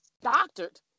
doctored